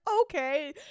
okay